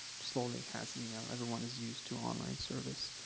slowly, has email everyone is used to online service.